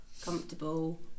comfortable